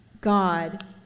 God